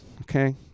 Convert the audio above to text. Okay